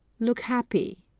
look happy.